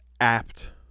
apt